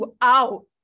out